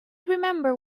remembered